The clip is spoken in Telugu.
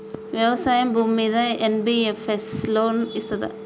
వ్యవసాయం భూమ్మీద ఎన్.బి.ఎఫ్.ఎస్ లోన్ ఇస్తదా?